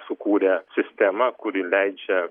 sukūrę sistemą kuri leidžia